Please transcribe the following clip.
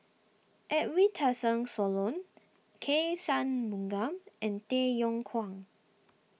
Edwin Tessensohn K Shanmugam and Tay Yong Kwang